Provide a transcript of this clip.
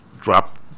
drop